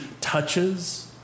touches